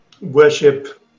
worship